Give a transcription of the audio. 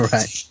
Right